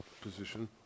position